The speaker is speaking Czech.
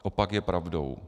Opak je pravdou.